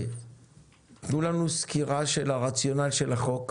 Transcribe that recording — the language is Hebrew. תנו לנו סקירה של הרציונל של החוק,